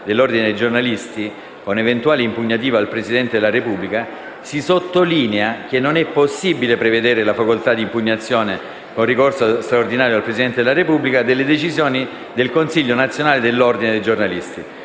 dell'Ordine dei giornalisti, con eventuale impugnativa al Presidente della Repubblica, si sottolinea che non è possibile prevedere la facoltà di impugnazione con ricorso straordinario al Presidente della Repubblica delle decisioni del Consiglio nazionale dell'Ordine dei giornalisti;